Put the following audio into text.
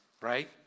right